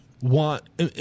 want